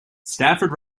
stafford